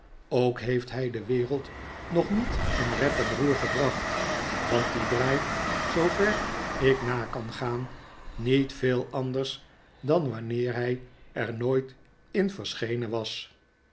ook heeft hij de wereld nog niet in rep en roer gebracht want die draait zoover ik na kah gaan niet veel anders dan wanneer hij er n'ooit in verschenen was